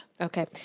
Okay